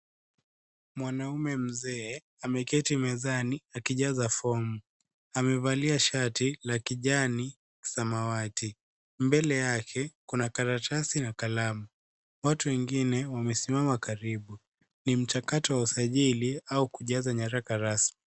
Mwanaume mzee ameketi mezani akijaza fomu. Amevalia shati la kijani samawati. Mbele yake, kuna karatasi na kalamu. Watu wengine wamesimama karibu. Ni mchakato wa usajili au kujaza nyaraka rasmi.